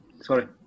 Sorry